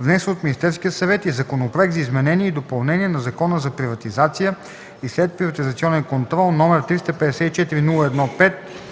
внесен от Министерския съвет, и Законопроект за изменение и допълнение на Закона за приватизация и следприватизационен контрол, № 354-01-5